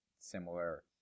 similar